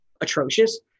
atrocious